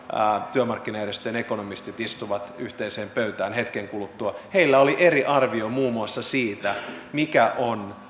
työmarkkinajärjestöjen ekonomistit istuvat yhteiseen pöytään hetken kuluttua heillä oli eri arvio muun muassa siitä mikä on